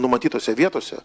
numatytose vietose